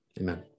Amen